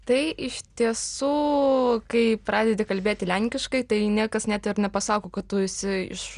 tai iš tiesų kai pradedi kalbėti lenkiškai tai niekas net ir nepasako kad tu esi iš